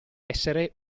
essere